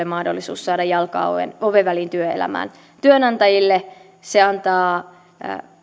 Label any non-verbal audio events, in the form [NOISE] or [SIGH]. [UNINTELLIGIBLE] mahdollisuus saada jalkaa oven oven väliin työelämään työnantajille se antaa